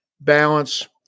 balance